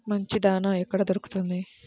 మంచి దాణా ఎక్కడ దొరుకుతుంది?